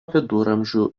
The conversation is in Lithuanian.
viduramžių